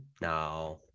Now